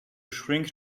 shrink